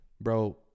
Bro